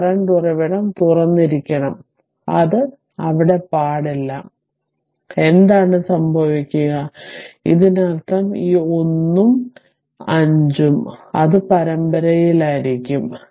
ഈ കറന്റ് ഉറവിടം തുറന്നിരിക്കണം അത് അവിടെ പാടില്ല എന്താണ് സംഭവിക്കുക ഇതിനർത്ഥം ഈ 1 Ω ഉം 5 Ω ഉം അത് പരമ്പരയിലായിരിക്കും